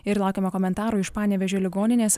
ir laukiame komentarų iš panevėžio ligoninės